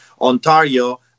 ontario